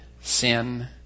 sin